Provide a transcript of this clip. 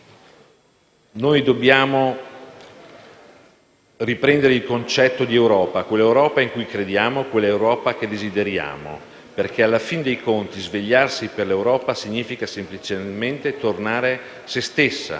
Noi dobbiamo riprendere il concetto di Europa, quell'Europa in cui crediamo, quell'Europa che desideriamo: «Perché alla fine dei conti svegliarsi per l'Europa significa semplicemente tornare se stessa: